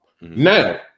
Now